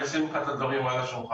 אני אשים לך את הדברים על השולחן.